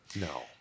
No